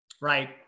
Right